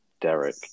Derek